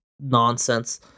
nonsense